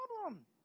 problem